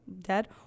dead